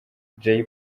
jay